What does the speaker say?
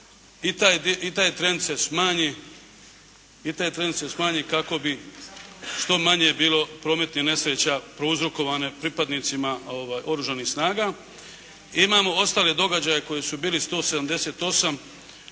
i taj trend se smanji, kako bi što manje bilo prometnih nesreća prouzrokovane pripadnicima oružanih snaga. I imamo ostale događaje koji su bili 178